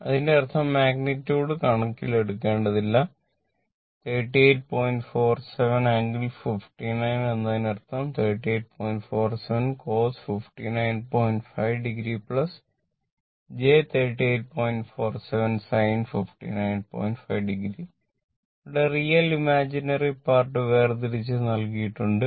അതിന്റെ അർത്ഥം magnitude part വേർതിരിച്ച നൽകിയിട്ടുണ്ട്